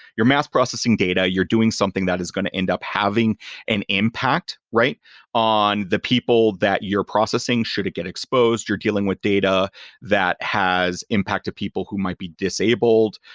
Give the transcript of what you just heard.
you're mass processing data, you're doing something that is going to end up having an impact on the people that you're processing. should it get exposed? you're dealing with data that has impacted people who might be disabled.